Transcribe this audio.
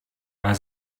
war